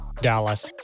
Dallas